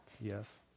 Yes